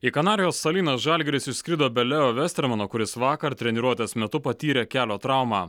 į kanarijos salyną žalgiris išskrido be leo vestermano kuris vakar treniruotės metu patyrė kelio traumą